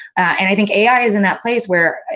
and, i think ai is in that place where,